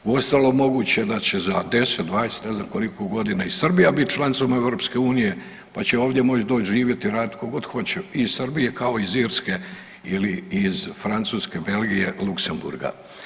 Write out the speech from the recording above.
Uostalom, moguće da će 10, 20 ili ne znam koliko godina i Srbija biti članicom EU pa će ovdje moći doći živjeti i raditi tko god hoće i iz Srbije, kao iz Irske ili iz Francuske, Belgije, Luksemburga.